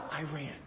Iran